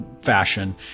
fashion